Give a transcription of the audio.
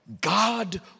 God